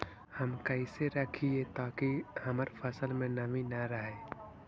हम कैसे रखिये ताकी हमर फ़सल में नमी न रहै?